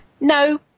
No